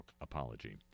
apology